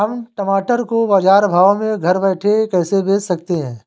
हम टमाटर को बाजार भाव में घर बैठे कैसे बेच सकते हैं?